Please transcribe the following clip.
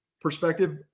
perspective